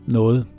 noget